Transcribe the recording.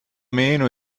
meno